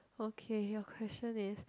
okay your question is